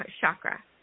chakra